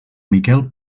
miquel